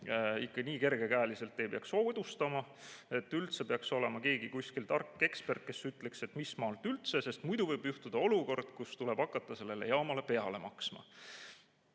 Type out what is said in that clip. ikka nii kergekäeliselt ei peaks soodustama, üldse peaks olema kuskil keegi tark ekspert, kes ütleks, et mis maalt üldse [seda teha], sest muidu võib juhtuda olukord, kus tuleb hakata sellele jaamale peale maksma.